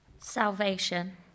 Salvation